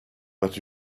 but